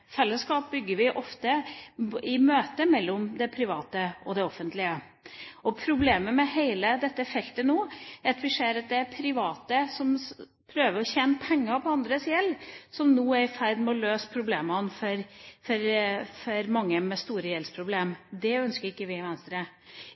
Fellesskap bygger vi ofte i møte mellom det private og det offentlige. Problemet med hele dette feltet er at vi ser at det er private som prøver å tjene penger på andres gjeld, som nå er i ferd med å løse problemene for mange med store